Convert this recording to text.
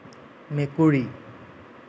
মেকুৰী